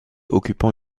occupant